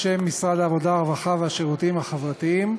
בשם משרד העבודה, הרווחה והשירותים החברתיים,